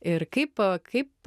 ir kaip kaip